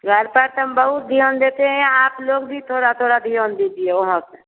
घर पर तो हम बहुत ध्यान देते हैं आप लोग भी थोड़ा थोड़ा ध्यान दीजिए वहाँ पर